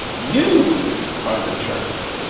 you are the church.